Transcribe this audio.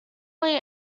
lee